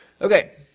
Okay